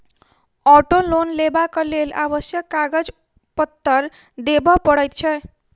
auto loan लेबाक लेल आवश्यक कागज पत्तर देबअ पड़ैत छै